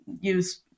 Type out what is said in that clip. use